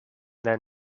then